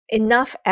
enough